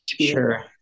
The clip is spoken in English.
Sure